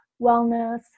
wellness